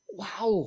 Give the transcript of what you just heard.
wow